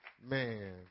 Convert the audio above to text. man